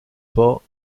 pas